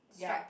ya